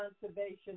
conservation